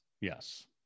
Yes